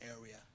area